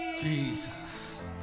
Jesus